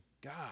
God